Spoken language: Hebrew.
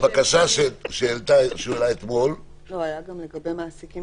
הבקשה שעלתה אתמול --- גם לגבי מעסיקים